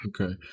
Okay